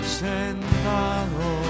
sentado